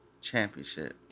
championship